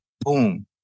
Boom